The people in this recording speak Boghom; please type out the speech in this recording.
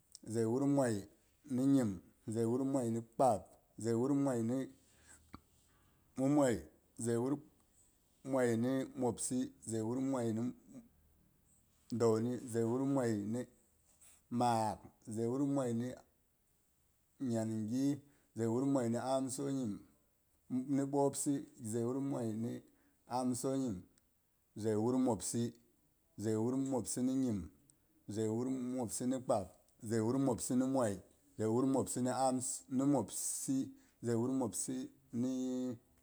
Zai wur mwai ni nyim, zai wur mwai ni kpab, zai wur mwai ni mwai, zai wur mwai ni mwopsi, zai wur mwai ni dauni, zai wur mwai ni maak, zai wur mwai ni nyangi, zai wur mwai ni amsonyim ni ɓwopsi, zai wur mwai ni amsonyim, zai wur mwopsi, zai wur mwopsi ni nyim, zai wur mwopsi ni kpab, zai wur mwopsi ni mwai, zai wur mwopsi ni ams ni mwopsi, zai wur mwopsi ni.